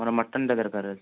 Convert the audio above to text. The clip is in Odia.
ମୋର ମଟନ୍ଟା ଦରକାର ଅଛି